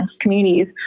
communities